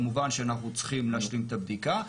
כמובן שאנחנו צריכים להשלים את הבדיקה.